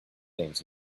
things